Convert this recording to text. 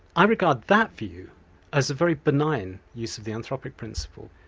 i regard that view as a very benign use of the anthropic principle.